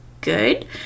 good